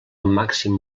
màxim